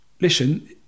Listen